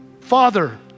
father